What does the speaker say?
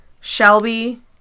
Shelby